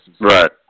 Right